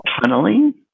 tunneling